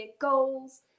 goals